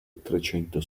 trecento